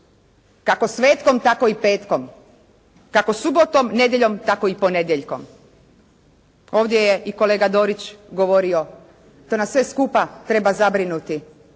kako svetkom tako i petkom, kako subotom, nedjeljom tako i ponedjeljkom. Ovdje je i kolega Dorić govorio. To nas sve skupa treba zabrinuti